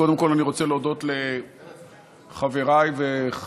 קודם כול אני רוצה להודות לחבריי וחברותיי,